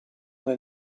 nel